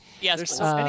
Yes